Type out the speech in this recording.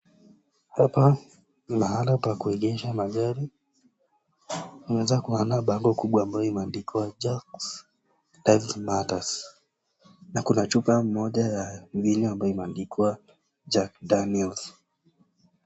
Hapa ni mahali pa kuegesha magari. Tunaweza kuona bango kubwa ambalo limeandikwa jack lives matters na kuna chupa moja ya mvinyo ambayo imeandikwa Jack Daniels.